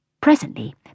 presently